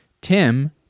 Tim